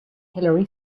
hilary